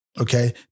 okay